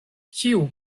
kiu